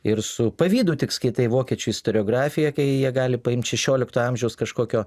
ir su pavydu tik skaitai vokiečių istoriografiją kai jie gali paimt šešiolikto amžiaus kažkokio